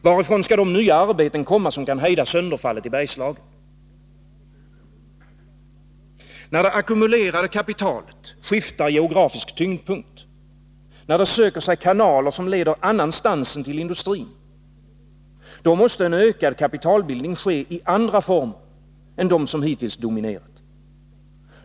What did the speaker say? Varifrån skall de nya arbeten komma som kan hejda sönderfallet i Bergslagen? När det ackumulerade kapitalet skiftar geografisk tyngdpunkt, när det söker sig kanaler som leder någon annanstans än till industrin — då måste en ökad kapitalbildning ske i andra former än de som hittills dominerat.